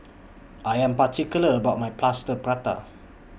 I Am particular about My Plaster Prata